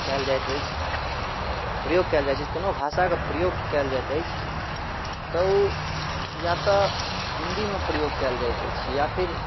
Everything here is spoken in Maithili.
कएल जाइत अछि प्रयोग कएल जाइ छै कोनो भाषाके प्रयोग कएल जाइत अछि तऽ ओ या तऽ हिन्दीमे प्रयोग कएल जाइत अछि या फिर